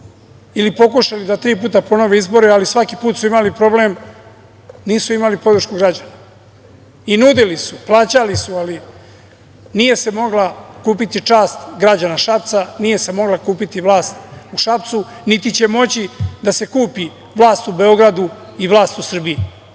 ili pokušali da tri puta ponove izbore, ali svaki put su imali problem, nisu imali podršku građana i nudili su, plaćali su, ali nije se mogla kupiti čast građana Šapca, nije se mogla kupiti vlast u Šapcu, niti će moći da se kupi vlast u Beogradu i vlast u Srbiji. Što